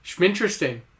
Interesting